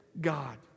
God